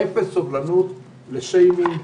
אפס סובלנות לשיימינג,